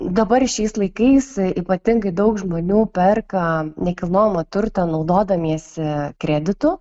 dabar šiais laikais ypatingai daug žmonių perka nekilnojamą turtą naudodamiesi kreditu